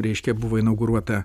reiškia buvo inauguruota